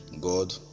God